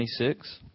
26